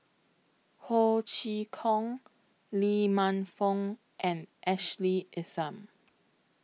Ho Chee Kong Lee Man Fong and Ashley Isham